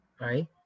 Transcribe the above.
right